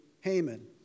Haman